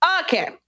Okay